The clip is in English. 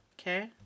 Okay